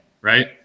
Right